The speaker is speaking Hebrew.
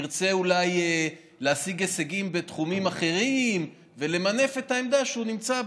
ירצה אולי להשיג הישגים בתחומים אחרים ולמנף את העמדה שהוא נמצא בה,